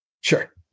Sure